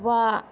ವಾಹ್